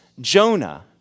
Jonah